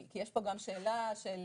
כי יש פה גם שאלה של